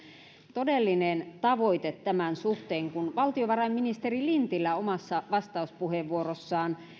todellinen tavoite tämän suhteen kun valtiovarainministeri lintilä omassa vastauspuheenvuorossaan